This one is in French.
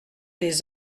des